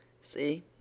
See